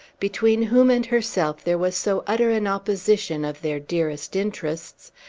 between whom and herself there was so utter an opposition of their dearest interests,